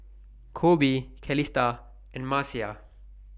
Koby Calista and Marcia